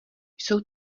jsou